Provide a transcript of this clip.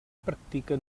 practica